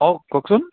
অঁ কওকচোন